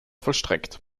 vollstreckt